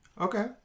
Okay